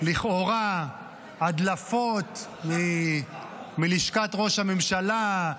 לכאורה על הדלפות מלשכת ראש הממשלה,